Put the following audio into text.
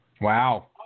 Wow